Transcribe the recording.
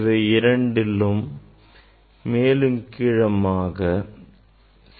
இவை இரண்டும் மேலும் கீழுமாக பொருத்தப்பட்டுள்ளன